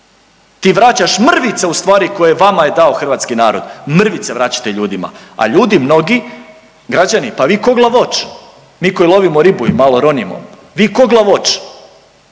Ti vraćaš mrvice ustvari koje je vama je dao hrvatski narod, mrvice vraćate ljudima, a ljudi mnogi, građani, pa vi ko glavoč, mi koji lovimo ribu i malo ronimo, vi ko glavoč.